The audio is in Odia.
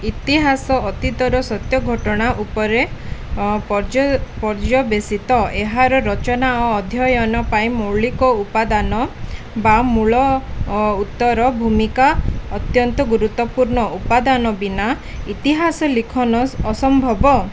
ଇତିହାସ ଅତୀତର ସତ୍ୟଘଟଣା ଉପରେ ପର୍ଯ୍ୟବେଷିତ ଏହାର ରଚନା ଓ ଅଧ୍ୟୟନ ପାଇଁ ମୌଳିକ ଉପାଦାନ ବା ମୂଳ ଉତ୍ତର ଭୂମିକା ଅତ୍ୟନ୍ତ ଗୁରୁତ୍ୱପୂର୍ଣ୍ଣ ଉପାଦାନ ବିନା ଇତିହାସ ଲିଖନ ଅସମ୍ଭବ